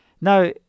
Now